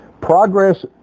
Progress